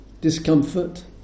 discomfort